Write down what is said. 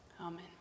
Amen